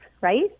right